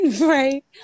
right